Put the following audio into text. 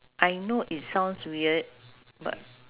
I know it sounds weird but